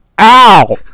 Ow